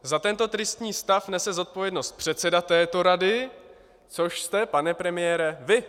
Za tento tristní stav nese zodpovědnost předseda této rady, což jste, pane premiére, vy.